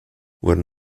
wurden